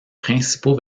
principaux